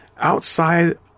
outside